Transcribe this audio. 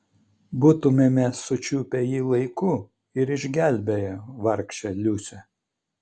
būtumėme sučiupę jį laiku ir išgelbėję vargšę liusę